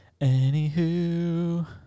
Anywho